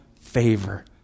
favor